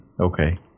okay